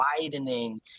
widening